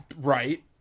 Right